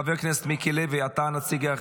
חבר הכנסת מיקי לוי, אתה הנציג.